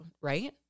right